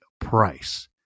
price